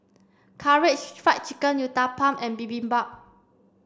Karaage Fried Chicken Uthapam and Bibimbap